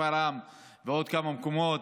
שפרעם ועוד כמה מקומות,